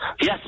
Yes